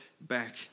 back